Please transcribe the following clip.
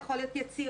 יכול להיות יצירה,